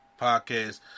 podcast